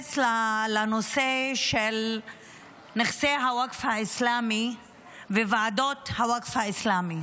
להתייחס לנושא של נכסי הווקף האסלאמי וועדות הווקף האסלאמי,